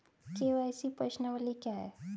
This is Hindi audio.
के.वाई.सी प्रश्नावली क्या है?